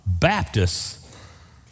Baptists